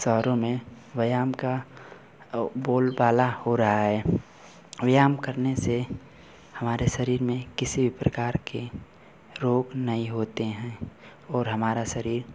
शहरों में व्यायाम का बोल बाला हो रहा है व्यायाम करने से हमारे शरीर में किसी भी प्रकार के रोग नहीं होते हैं और हमारा शरीर